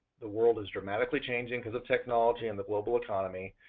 the world is dramatically changing because of technology and the global economy.